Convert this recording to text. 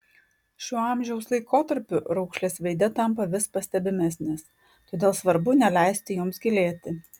šiuo amžiaus laikotarpiu raukšlės veide tampa vis pastebimesnės todėl svarbu neleisti joms gilėti